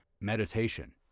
Meditation